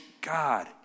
God